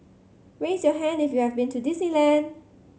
raise your hand if you have been to Disneyland